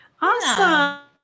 Awesome